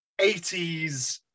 80s